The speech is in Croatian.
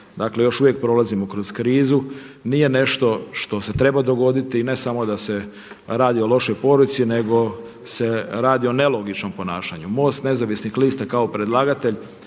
još uvijek prolazimo kroz krizu nije nešto što se treba dogoditi i ne samo da se radi o lošoj poruci nego se radi o nelogičnom ponašanju. MOST Nezavisnih lista kao predlagatelj